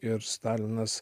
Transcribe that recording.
ir stalinas